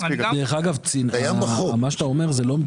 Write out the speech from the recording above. דרך אגב, מה שאתה אומר זה לא מדויק.